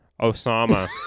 Osama